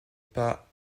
pas